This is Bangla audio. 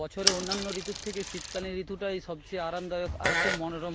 বছরে অন্যান্য ঋতুর থেকে শীতকালীন ঋতুটাই সবচেয়ে আরামদায়ক আর খুব মনোরম